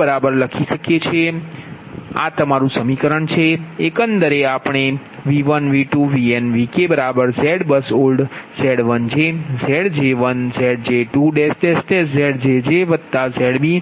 બરાબર લખી શકીએ છીએ આ લખી શકીએ છીએ આ તમારું આ સમીકરણ છે એકંદરે આપણે V1 V2 Vn Vk ZBUSOLD Z1j Zj1 Zj2 Znj ZjjZb I1 I2 In Ik લખી શકીએ છીએ